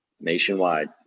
nationwide